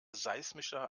seismischer